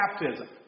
baptism